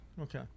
Okay